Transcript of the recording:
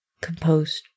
Composed